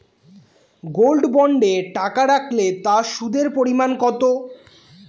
Gold বন্ডে টাকা রাখলে তা সুদের পরিমাণ কত?